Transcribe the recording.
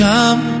Come